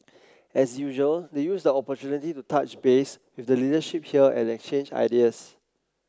as usual they used the opportunity to touch base with the leadership here and exchange ideas